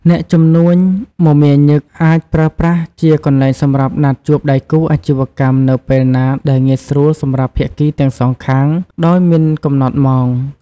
អ្នកជំនួញមមាញឹក អាចប្រើប្រាស់ជាកន្លែងសម្រាប់ណាត់ជួបដៃគូអាជីវកម្មនៅពេលណាដែលងាយស្រួលសម្រាប់ភាគីទាំងសងខាង ដោយមិនកំណត់ម៉ោង។